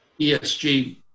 ESG